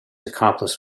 accomplice